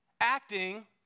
acting